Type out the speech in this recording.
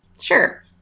sure